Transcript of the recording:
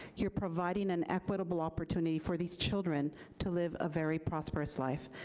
you're providing an equitable opportunity for these children to live a very prosperous life.